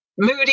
moody